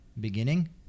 beginning